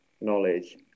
knowledge